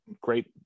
great